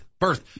Birth